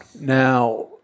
Now